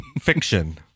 Fiction